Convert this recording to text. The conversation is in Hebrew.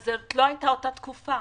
זאת לא הייתה אותה תקופה.